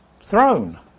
throne